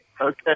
Okay